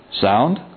Sound